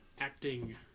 acting